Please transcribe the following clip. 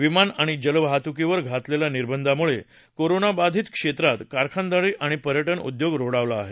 विमान आणि जहाजवाहतूकीवर घातलेल्या निर्बंधांमुळे कोरोनाबाधित क्षेत्रात कारखानदारी आणि पर्यज उद्योग रोडावला आहे